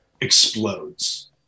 explodes